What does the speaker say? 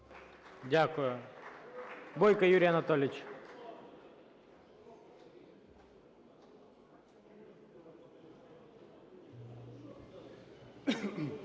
Дякую. Бойко Юрій Анатолійович.